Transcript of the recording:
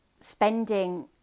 spending